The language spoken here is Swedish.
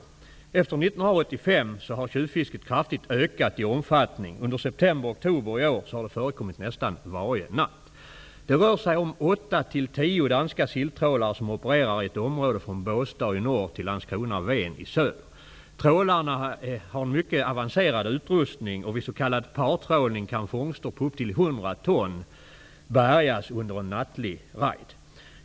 Sedan 1985 har tjuvfisket kraftigt ökat i omfattning. Under september och oktober i år har det förekommit nästan varje natt. Det rör sig om 8--10 danska silltrålare som opererar i ett område från Båstad i norr till Landskrona och Ven i söder. Trålarna har mycket avancerad utrustning, och vid s.k. partrålning kan fångster på upp till 100 ton bärgas under en nattlig räd.